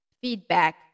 feedback